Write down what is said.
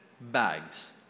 bags